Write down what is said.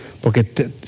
porque